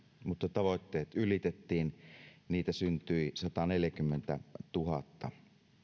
mutta tavoitteet ylitettiin niitä syntyi sataneljäkymmentätuhatta